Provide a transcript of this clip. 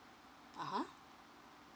(uh huh)